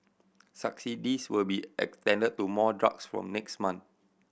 subsidies will be extended to more drugs from next month